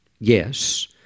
Yes